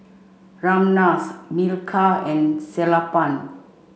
Ramnath Milkha and Sellapan